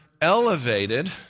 elevated